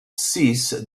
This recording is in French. six